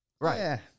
Right